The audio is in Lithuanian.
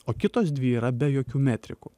o kitos dvi yra be jokių metrikų